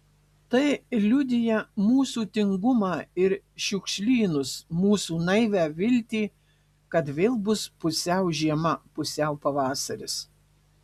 tai liudija mūsų tingumą ir šiukšlynus mūsų naivią viltį kad vėl bus pusiau žiema pusiau pavasaris